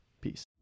peace